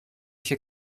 się